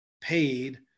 paid